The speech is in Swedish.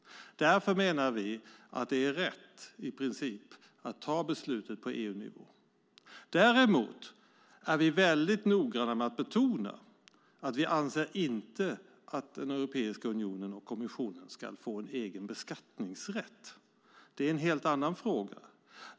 Därför menar vi att det är rätt att ta beslutet på EU-nivå. Däremot är vi väldigt noggranna med att betona att vi inte anser att Europeiska unionen och kommissionen ska få egen beskattningsrätt. Det är en helt annan fråga.